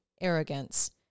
arrogance